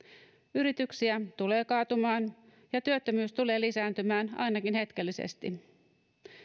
yrityksiä tulee kaatumaan ja työttömyys tulee lisääntymään ainakin hetkellisesti